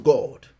God